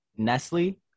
nestle